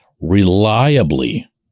reliably